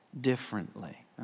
differently